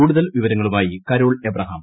കൂടുതൽ വിവരങ്ങളുമായി Carol Abraham